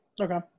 Okay